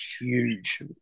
huge